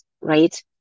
right